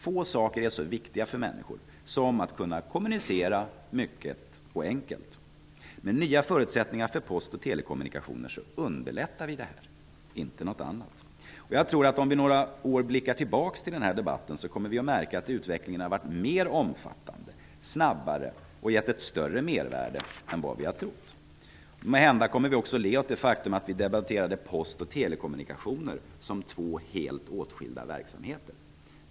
Få saker är så viktiga för människor som att kunna kommunicera mycket och enkelt. De nya förutsättningarna för post och telekommunikationer underlättar detta. Om vi om några år blickar tillbaks på denna debatt kommer vi att märka att utvecklingen har varit mer omfattande, snabbare och givit ett större mervärde än vad vi trott. Måhända kommer vi också att le åt det faktum att vi debatterade post och telekommunikationer som två helt åtskilda verksamheter.